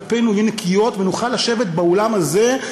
כפינו יהיו נקיות ונוכל לשבת באולם הזה,